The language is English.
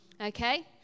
okay